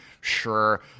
sure